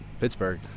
Pittsburgh